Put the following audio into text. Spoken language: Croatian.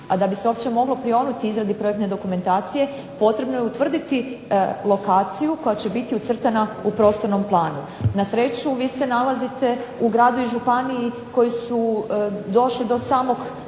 a da bi se uopće moglo prionuti izradi projektne dokumentacije potrebno je utvrditi lokaciju koja će biti ucrtana na prostornom planu. Na sreću vi se nalazite u gradu i županiji koji su došli do samog